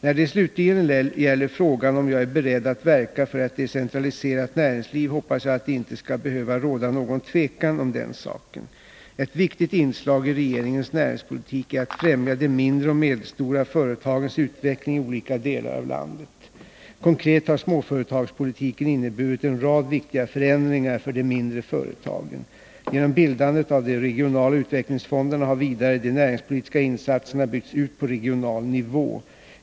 När det slutligen gäller frågan om jag är beredd att verka för ett decentraliserat näringsliv, hoppas jag att det inte skall behöva råda någon tvekan om den saken. Ett viktigt inslag i regeringens näringspolitik är att främja de mindre och medelstora företagens utveckling i olika delar av landet. Konkret har småföretagspolitiken inneburit en rad viktiga förändringar för de mindre företagen. Genom bildandet av de regionala utvecklingsfonderna har vidare de näringspolitiska insatserna byggts ut på regional nivå.